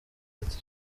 ati